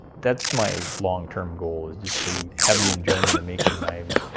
that's my long-term goal is just to have the enjoyment of making knives.